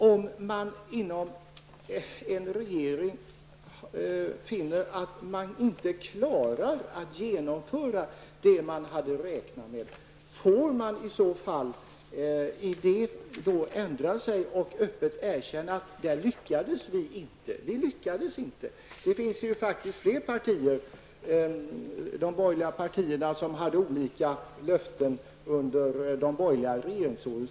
Om en regering finner att man inte klarar att genomföra det man hade räknat med, får man i så fall ändra sig och öppet erkänna att där lyckades man inte? Jag erinrar om att de borgerliga partierna hade avgivit olika löften som de inte lyckades genomföra under de borgerliga regeringsåren.